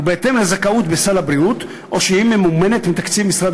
ובהתאם לזכאות בסל הבריאות או שהיא ממומנת מתקציב משרד